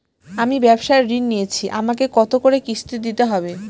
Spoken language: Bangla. আমি ব্যবসার ঋণ নিয়েছি আমাকে কত করে কিস্তি দিতে হবে?